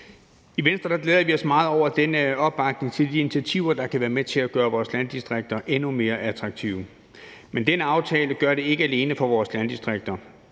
I Venstre glæder vi os meget over den opbakning til de initiativer, der kan være med til at gøre vores landdistrikter endnu mere attraktive. Men denne aftale gør det ikke alene for vores landdistrikter.